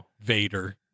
Vader